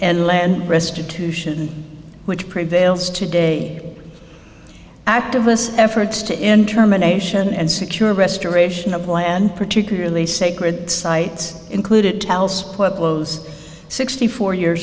and land restitution which prevails today activists efforts to end terminations and secure restoration of land particularly sacred sites included else pueblos sixty four year